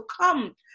come